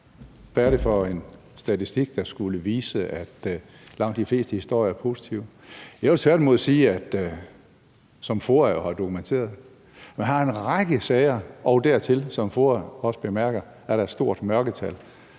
er det for en statistik, der skulle vise, at langt de fleste historier er positive? Jeg vil tværtimod sige, som FOA har dokumenteret, at man har en række sager, og dertil, som FOA også bemærker, er der et stort mørketal.